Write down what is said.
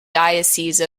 diocese